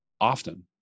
often